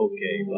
Okay